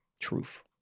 Truth